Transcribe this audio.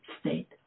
state